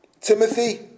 Timothy